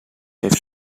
heeft